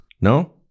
No